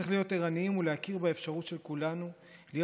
צריך להיות ערניים ולהכיר באפשרות של כולנו להיות